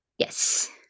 Yes